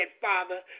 Father